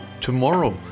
tomorrow